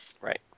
Right